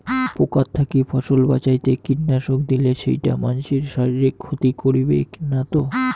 পোকার থাকি ফসল বাঁচাইতে কীটনাশক দিলে সেইটা মানসির শারীরিক ক্ষতি করিবে না তো?